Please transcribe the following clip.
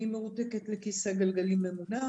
אני מרותקת לכיסא גלגלים ממונע,